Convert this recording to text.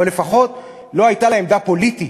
אבל לפחות לא הייתה לה עמדה פוליטית,